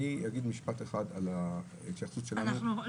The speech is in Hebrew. אגיד משפט אחד על ההתייחסות שלנו למערכת הממלכתית.